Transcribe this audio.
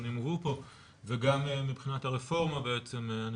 הנתונים נאמרו פה, וגם מבחינת הרפורמה, היא